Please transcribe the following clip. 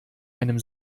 einem